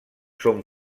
són